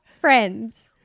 friends